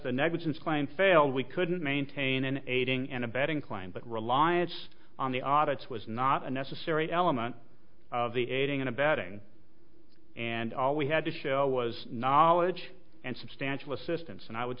the negligence claim fail we couldn't maintain an aiding and abetting claim but reliance on the audits was not a necessary element of the aiding and abetting and all we had to show was knowledge and substantial assistance and i would